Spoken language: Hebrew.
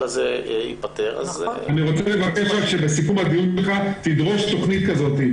הזה ייפתר --- אני רוצה לבקש רק שבסיכום הדיון שלך תדרוש תוכנית כזאת.